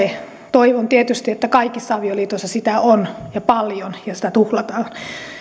toivon tietysti että kaikissa avioliitoissa sitä on ja paljon ja sitä tuhlataan